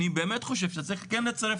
אני באמת חושב שצריך כן לצרף